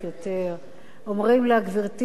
אומרים לה: יש לך ילדים בבית,